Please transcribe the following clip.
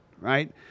Right